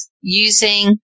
using